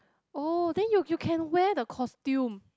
oh then you you can wear the costume